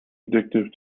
addictive